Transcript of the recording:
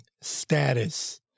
status